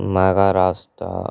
Maharashtra